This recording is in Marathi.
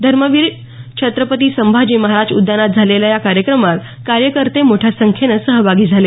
धर्मवीर छत्रपती संभाजी महाराज उद्यानात झालेल्या या कार्यक्रमात कार्यकर्ते मोठ्या संख्येनं सहभागी झाले